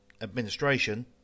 administration